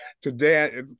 today